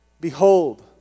Behold